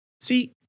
See